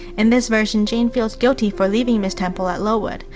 in this version, jane feels guilty for leaving miss temple at lowood,